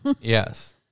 Yes